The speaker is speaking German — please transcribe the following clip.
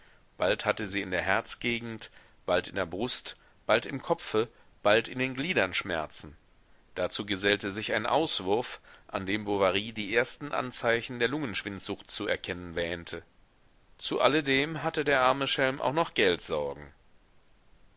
bald hatte sie in der herzgegend bald in der brust bald im kopfe bald in den gliedern schmerzen dazu gesellte sich ein auswurf an dem bovary die ersten anzeichen der lungenschwindsucht zu erkennen wähnte zu alledem hatte der arme schelm auch noch